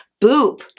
boop